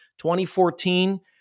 2014